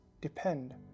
depend